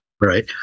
right